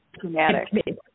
traumatic